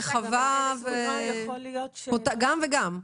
זה גם וגם.